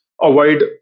avoid